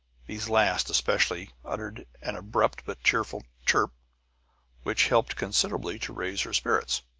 these last, especially, uttered an abrupt but cheerful chirp which helped considerably to raise her spirits.